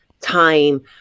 time